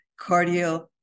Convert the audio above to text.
cardio